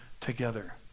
together